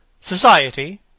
Society